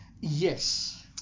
Yes